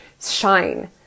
shine